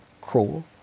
cruel